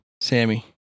Sammy